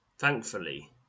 Thankfully